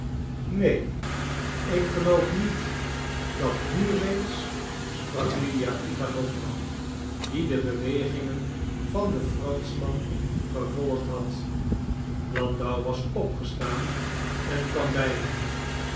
neen ik geloof niet dat nu reeds sprak lydia iwanowna die de bewegingen van den franschman gevolgd had landau was opgestaan en kwam bij hen